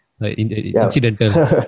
Incidental